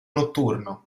notturno